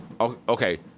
Okay